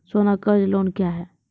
सोना कर्ज लोन क्या हैं?